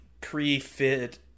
pre-fit